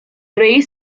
race